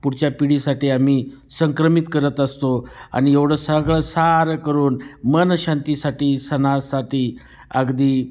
पुढच्या पिढीसाठी आम्ही संक्रमित करत असतो आणि एवढं सगळं सारं करून मनःशांतीसाठी सणासाठी अगदी